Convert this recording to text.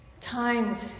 Times